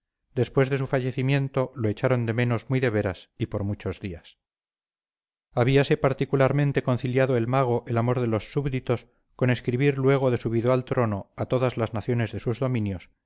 después de su fallecimiento lo echaron de menos muy de veras y por muchos días habíase particularmente conciliado el mago el amor de los súbditos con escribir luego de subido al trono a todas las naciones de sus dominios